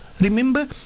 Remember